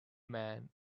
man